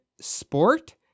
sport